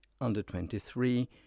under-23